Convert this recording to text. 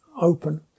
open